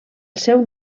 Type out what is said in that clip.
seu